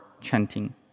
chanting